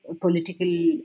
political